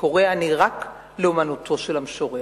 "קורא אני רק לאמנותו של המשורר".